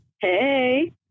Hey